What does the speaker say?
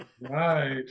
Right